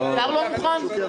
הבנתי, האוצר לא מוכן?